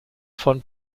von